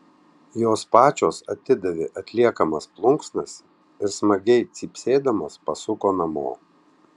jos pačios atidavė atliekamas plunksnas ir smagiai cypsėdamos pasuko namo